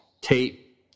tape